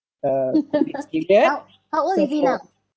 how how old is he now